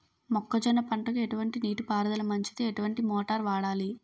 మొక్కజొన్న పంటకు ఎటువంటి నీటి పారుదల మంచిది? ఎటువంటి మోటార్ వాడాలి?